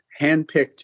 handpicked